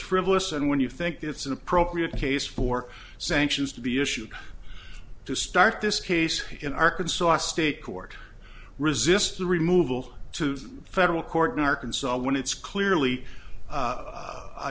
frivolous and when you think it's an appropriate case for sanctions to be issued to start this case in arkansas state court resist the removal to the federal court in arkansas when it's clearly